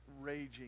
raging